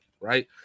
right